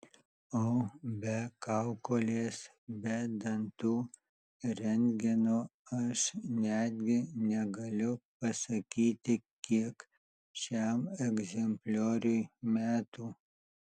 o be kaukolės be dantų rentgeno aš netgi negaliu pasakyti kiek šiam egzemplioriui metų